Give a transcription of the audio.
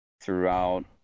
throughout